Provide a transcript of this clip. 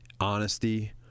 honesty